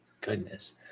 goodness